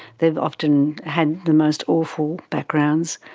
they've often had the most awful backgrounds,